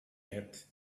yet